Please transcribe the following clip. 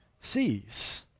sees